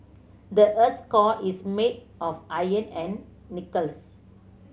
the earth core is made of iron and nickels